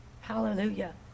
hallelujah